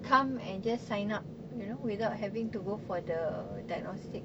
come and just sign up you know without having to go for the diagnostic